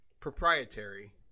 proprietary